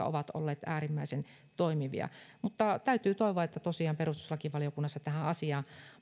ovat olleet äärimmäisen toimivia täytyy toivoa että tosiaan perustuslakivaliokunnassa tähän asiaan